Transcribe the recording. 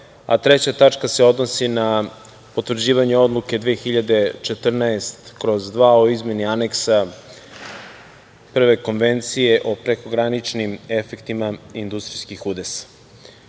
a treća tačka se odnosi na potvrđivanje Odluke 2014/2 o izmeni Aneksa I Konvencije o prekograničnim efektima industrijskih udesa. Kada